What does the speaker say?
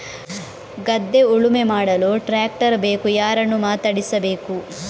ಗದ್ಧೆ ಉಳುಮೆ ಮಾಡಲು ಟ್ರ್ಯಾಕ್ಟರ್ ಬೇಕು ಯಾರನ್ನು ಮಾತಾಡಿಸಬೇಕು?